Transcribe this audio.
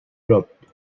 dropped